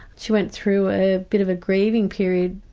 she went through a bit of a grieving period.